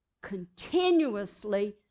continuously